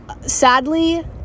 sadly